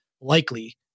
likely